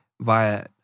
via